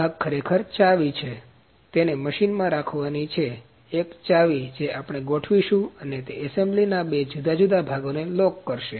આ ભાગ ખરેખર ચાવી છે તેને મશીન માં રાખવાની છે એક ચાવી જે આપણે ગોઠવીશું અને તે એસેમ્બલી ના બે જુદા જુદા ભાગોને લોક કરશે